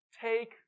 Take